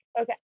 Okay